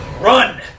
run